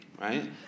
right